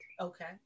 Okay